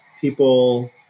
people